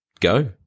go